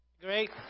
Great